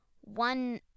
one